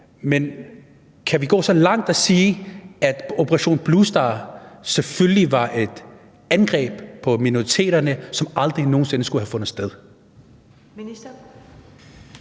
Men kan vi gå så langt som at sige, at »Operation Blue Star« selvfølgelig var et angreb på minoriteterne, som aldrig nogen sinde skulle have fundet sted?